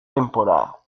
temporada